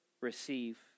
receive